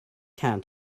can